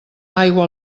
aigua